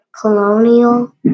colonial